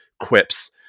quips